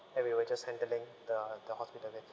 and we were just handling the the hospital thing